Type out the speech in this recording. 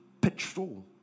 petrol